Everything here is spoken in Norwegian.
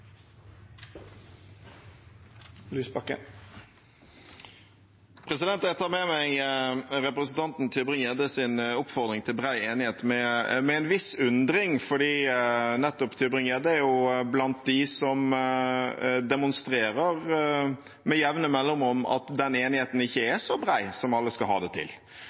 Jeg tar med meg representanten Christian Tybring-Gjeddes oppfordring til bred enighet med en viss undring, for nettopp Tybring-Gjedde er jo blant dem som med jevne mellomrom demonstrerer at den enigheten ikke er så bred som alle skal ha det til.